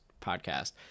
podcast